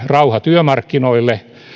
rauha työmarkkinoille